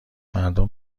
مردم